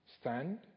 Stand